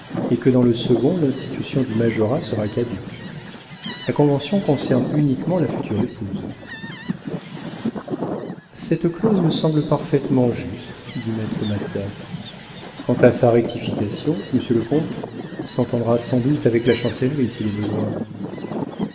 et que dans le second l'institution du majorat sera caduque la convention concerne uniquement la future épouse cette clause me semble parfaitement juste dit maître mathias quant à sa ratification monsieur le comte s'entendra sans doute avec la chancellerie s'il est besoin